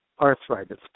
arthritis